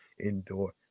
indoor